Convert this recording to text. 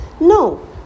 No